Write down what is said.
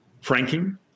franking